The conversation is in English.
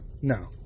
No